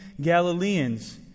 Galileans